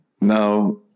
now